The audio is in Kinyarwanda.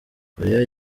koreya